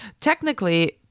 technically